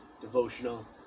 devotional